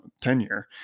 tenure